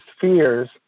fears